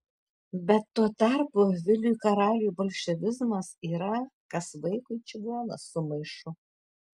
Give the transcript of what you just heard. bet tuo tarpu viliui karaliui bolševizmas yra kas vaikui čigonas su maišu